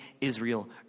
Israel